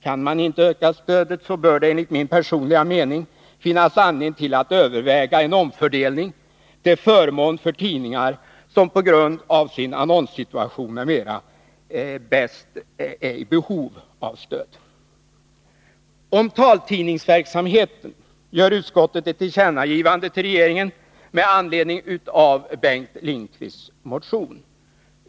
Om man inte kan öka stödet bör det enligt min personliga mening finnas anledning att överväga en omfördelning till förmån för tidningar som på grund av sin annonssituation m.m. bäst är i behov av stöd. Om taltidningsverksamheten gör utskottet ett tillkännagivande till regeringen med anledning av Bengt Lindkvists motion.